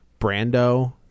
Brando